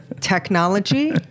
technology